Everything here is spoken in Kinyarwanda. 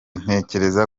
ntekereza